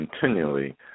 continually